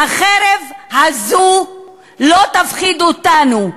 החרב הזאת לא תפחיד אותנו.